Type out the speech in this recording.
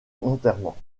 enterrement